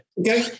Okay